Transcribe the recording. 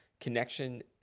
connection